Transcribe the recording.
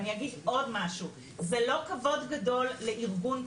אני אגיד עוד משהו, זה לא כבוד גדול, לארגון כזה,